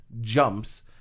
jumps